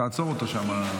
תעצור אותו שם.